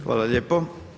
Hvala lijepo.